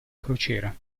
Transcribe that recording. crociera